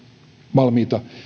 valmiita